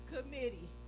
Committee